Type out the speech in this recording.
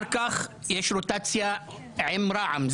אם יש רוטציה, מה